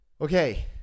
Okay